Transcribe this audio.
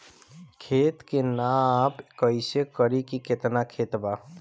खेत के नाप कइसे करी की केतना खेत बा?